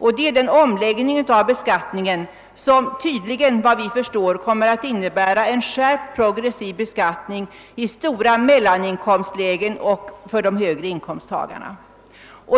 nämligen den omläggning av beskattningen som tydligen, enligt vad vi förstår, kommer att innebära en skärpt progressiv beskattning i stora mellaninkomstlägen och för de högre inkomsttagarna.